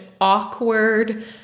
awkward